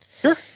Sure